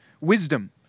wisdom